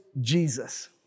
Jesus